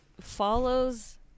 follows